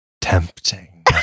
tempting